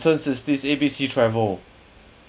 this A B C travel